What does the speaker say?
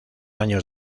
años